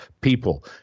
people